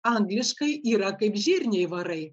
angliškai yra kaip žirniai varai